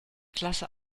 klasse